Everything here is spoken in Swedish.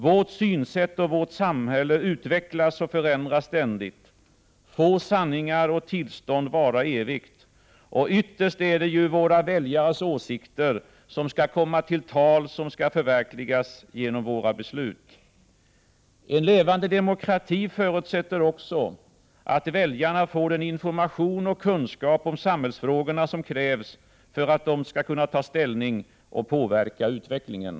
Vårt synsätt och vårt samhälle utvecklas och förändras ständigt. Få sanningar och tillstånd varar evigt. Och ytterst är det ju våra väljares åsikter, som skall komma till tals, som skall förverkligas genom våra beslut. En levande demokrati förutsätter också att väljarna får den information och kunskap om samhällsfrågorna som krävs för att de skall kunna ta ställning och påverka utvecklingen. Prot.